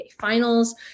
finals